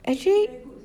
actually